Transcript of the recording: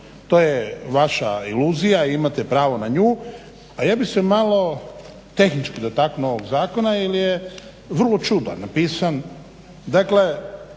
to je vaša iluzija i imate pravo na nju, a ja bih se malo tehnički dotaknuo ovog zakona jer je vrlo čudno napisan.